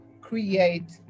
create